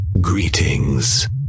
Greetings